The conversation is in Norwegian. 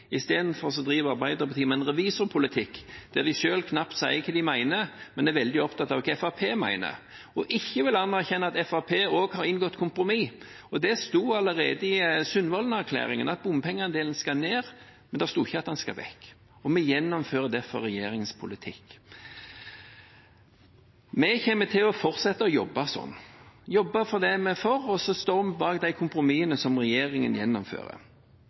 Istedenfor driver Arbeiderpartiet med en revisorpolitikk, der de selv knapt sier hva de mener, men er veldig opptatt av hva Fremskrittspartiet mener, og ikke vil anerkjenne at Fremskrittspartiet også har inngått kompromiss. Det sto allerede i Sundvolden-erklæringen at bompengeandelen skal ned, det sto ikke at den skal vekk. Vi gjennomfører derfor regjeringens politikk. Vi kommer til å fortsette å jobbe sånn, jobbe for det vi er for, og så står vi bak de kompromissene som regjeringen gjennomfører.